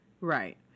Right